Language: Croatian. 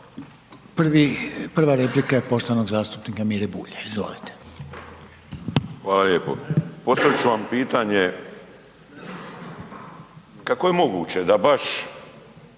Prva replika je poštovanog zastupnika Mire Bulja, izvolite. **Bulj, Miro (MOST)** Hvala lijepo. Postavit ću vam pitanje. Kako je moguće da baš